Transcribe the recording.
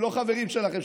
הם לא חברים שלכם,